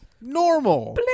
Normal